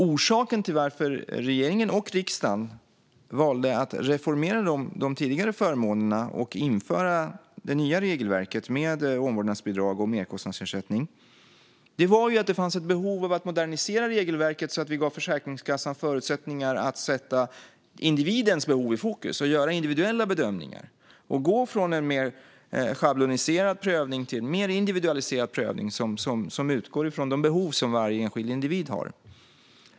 Orsaken till att regeringen och riksdagen valde att reformera de tidigare förmånerna och införa det nya regelverket med omvårdnadsbidrag och merkostnadsersättning var att det fanns ett behov av att modernisera regelverket. På så vis gav vi Försäkringskassan förutsättningar att sätta individens behov i fokus, göra individuella bedömningar och gå från en schabloniserad till en mer individualiserad prövning som utgår från de behov som varje enskild individ har.